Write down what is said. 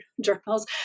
journals